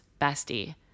bestie